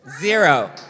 Zero